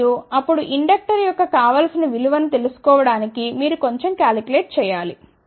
మరియు అప్పుడు ఇండక్టర్ యొక్క కావలసిన విలువను తెలుసుకోవడానికి మీరు కొంచెం క్యాల్కులేట్ చేయాలి